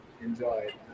enjoy